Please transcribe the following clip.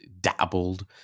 dabbled